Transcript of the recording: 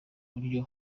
buryo